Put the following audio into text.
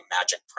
magic